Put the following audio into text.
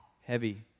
heavy